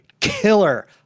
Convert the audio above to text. killer